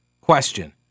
question